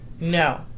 No